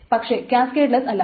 പക്ഷെ കാസ്കേഡ്ലെസ്സ് അല്ല